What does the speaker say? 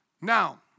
Now